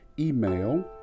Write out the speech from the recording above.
Email